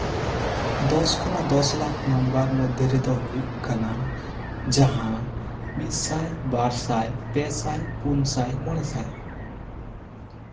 ᱫᱚᱥ ᱠᱷᱚᱱᱟᱜ ᱫᱚᱥ ᱞᱟᱠᱷ ᱱᱟᱢᱵᱟᱨ ᱢᱚᱫᱽᱫᱷᱮ ᱨᱮᱫᱚ ᱦᱩᱭᱩᱜ ᱠᱟᱱᱟ ᱡᱟᱦᱟᱸ ᱢᱤᱫ ᱥᱟᱭ ᱵᱟᱨ ᱥᱟᱭ ᱯᱮ ᱥᱟᱭ ᱯᱩᱱ ᱥᱟᱭ ᱢᱚᱬᱮ ᱥᱟᱭ